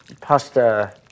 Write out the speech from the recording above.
pasta